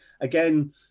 again